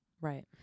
Right